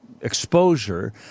exposure